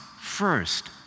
first